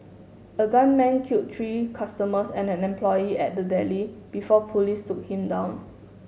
a gunman kill three customers and an employee at the deli before police took him down